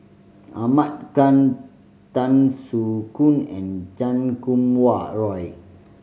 Ahmad Khan Tan Soo Khoon and Chan Kum Wah Roy